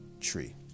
tree